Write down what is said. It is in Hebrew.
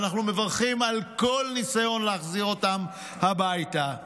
ואנו מברכים על כל ניסיון להחזיר אותם הביתה,